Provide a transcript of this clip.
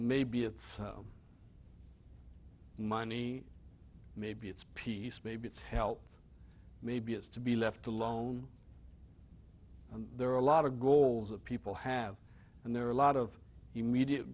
maybe it's money maybe it's peace maybe it's help maybe it's to be left alone and there are a lot of goals of people have and there are a lot of immediate